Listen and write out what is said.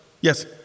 Yes